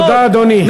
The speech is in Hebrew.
תודה, אדוני.